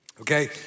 okay